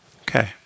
Okay